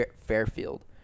Fairfield